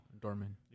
Dorman